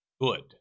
good